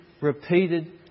repeated